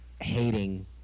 hating